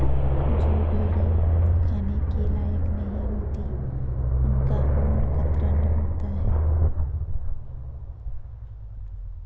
जो भेड़ें खाने के लायक नहीं होती उनका ऊन कतरन होता है